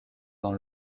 dans